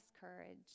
courage